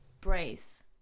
Brace